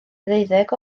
deuddeg